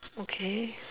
okay